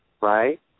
right